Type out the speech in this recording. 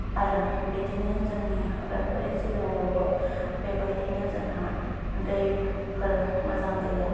आरो बिदिनो जोंनि उदालगुरि जिल्लायावबो बेबायदिनो जोंहा दैफोर मोजां गैया